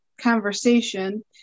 conversation